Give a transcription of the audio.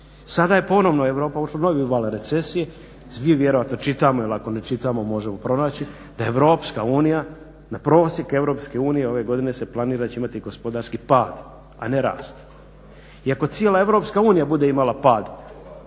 Sada je ponovno Europa ušla u novi val recesije, svi vjerojatno čitamo ili ako ne čitamo možemo pronaći da Europska unija, da prosjek Europske unije ove godine se planira da će imati gospodarski pad, a ne rast. I ako cijela Europska unija bude imala pad